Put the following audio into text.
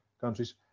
countries